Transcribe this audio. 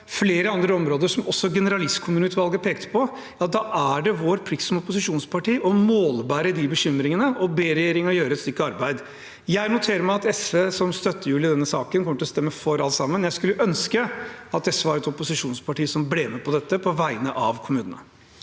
flere andre områder som også generalistkommuneutvalget pekte på, mener jeg det er helt riktig og vår plikt som opposisjonsparti å målbære de bekymringene og be regjeringen gjøre et stykke arbeid. Jeg noterer meg at SV som støttehjul i denne saken kommer til å stemme for alt sammen. Jeg skulle ønske at SV var et opposisjonsparti som ble med på dette, på vegne av kommunene.